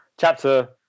chapter